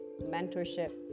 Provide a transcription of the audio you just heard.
mentorship